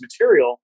material